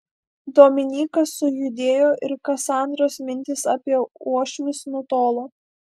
dominykas sujudėjo ir kasandros mintys apie uošvius nutolo